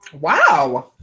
Wow